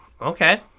okay